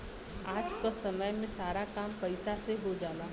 आज क समय में सारा काम पईसा से हो जाला